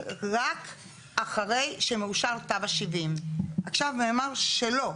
רק אחרי שמאושר תמ"א 70. עכשיו נאמר שלא.